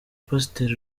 pasiteri